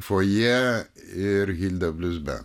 fojė ir hilda bliuz ben